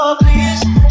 please